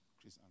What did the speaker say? Chris